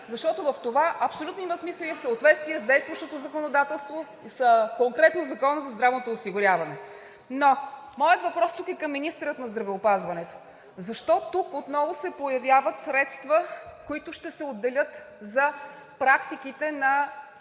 защото в това абсолютно има смисъл и е в съответствие с действащото законодателство и конкретно със Закона за здравното осигуряване. Но, моят въпрос тук е към министъра на здравеопазването: защо тук отново се появяват средства, които ще се отделят за практиките на